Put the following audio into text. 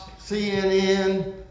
CNN